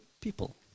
people